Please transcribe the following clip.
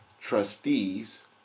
trustees